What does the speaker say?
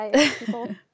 People